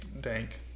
dank